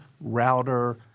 router